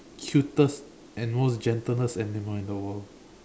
cutest and most the gentlest animal in the world